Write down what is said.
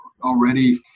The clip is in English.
already